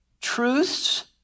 Truths